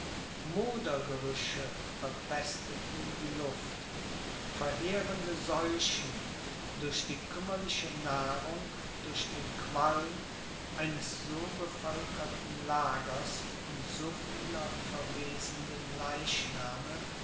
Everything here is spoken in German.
straßen modergerüche verpesteten die luft verheerende seuchen durch die kümmerliche nahrung durch den qualm eines so bevölkerten lagers und so vieler verwesenden leichname